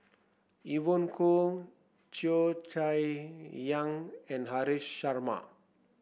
Evon Kow Cheo Chai Hiang and Haresh Sharma